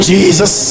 Jesus